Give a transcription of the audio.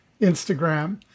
Instagram